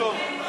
מה פתאום.